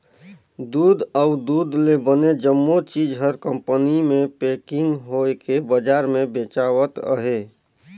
दूद अउ दूद ले बने जम्मो चीज हर कंपनी मे पेकिग होवके बजार मे बेचावत अहे